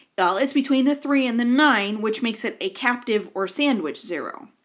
well it's between the three and the nine, which makes it a captive, or sandwich, zero.